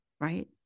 right